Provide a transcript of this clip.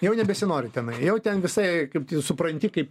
jau nebesinori ten jau ten visai kaip tu supranti kaip